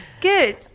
Good